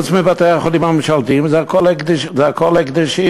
חוץ מבתי-החולים הממשלתיים הכול הקדשים,